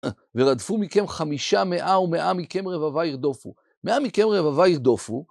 ורדפו מכם חמישה מאה, ומאה מכם רבבה ירדופו. מאה מכם רבבה ירדופו.